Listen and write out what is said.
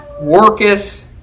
worketh